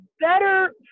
better